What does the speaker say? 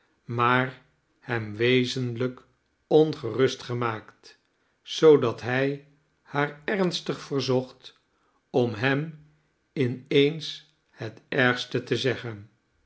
maar hem wezenlijk ongerust gemaakt zoodat hij haar ernstig verzocht om hem in eens het ergste te zeggen